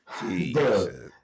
Jesus